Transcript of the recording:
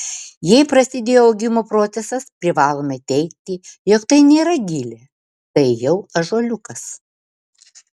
jei prasidėjo augimo procesas privalome teigti jog tai nėra gilė tai jau ąžuoliukas